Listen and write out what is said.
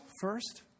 first